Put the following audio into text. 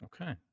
Okay